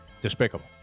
Despicable